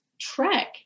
trek